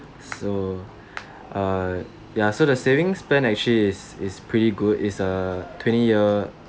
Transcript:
so uh ya so the savings plan is pretty good is a twenty year